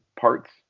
parts